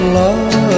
love